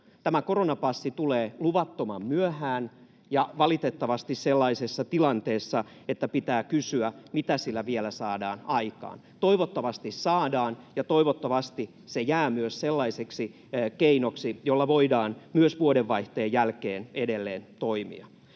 Tämä koronapassi tulee luvattoman myöhään ja valitettavasti sellaisessa tilanteessa, että pitää kysyä, mitä sillä vielä saadaan aikaan. Toivottavasti saadaan, ja toivottavasti se jää myös sellaiseksi keinoksi, jolla voidaan myös vuodenvaihteen jälkeen edelleen toimia.